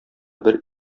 бер